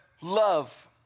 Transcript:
love